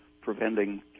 preventing